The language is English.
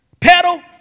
Pedal